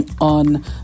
on